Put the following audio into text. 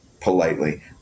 politely